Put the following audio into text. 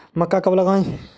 मक्का कब लगाएँ?